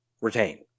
retain